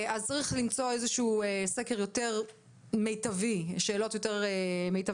אז צריך למצוא איזה שהוא סקר יותר מיטבי עם שאלות יותר מיטביות